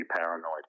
paranoid